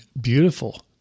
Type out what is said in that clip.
beautiful